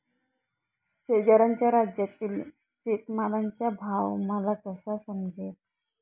शेजारच्या राज्यातील शेतमालाचा भाव मला कसा समजेल?